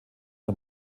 der